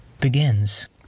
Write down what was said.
begins